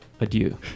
adieu